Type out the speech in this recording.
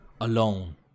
alone